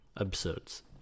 episodes